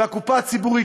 והקופה הציבורית,